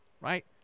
right